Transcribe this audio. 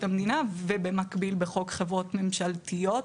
המדינה ובמקביל בחוק חברות ממשלתיות,